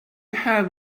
have